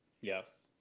Yes